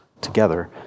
together